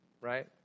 Right